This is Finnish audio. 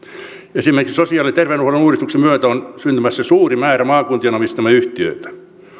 esimerkiksi sosiaali ja terveydenhuollon uudistuksen myötä on syntymässä suuri määrä maakuntien omistamia yhtiöitä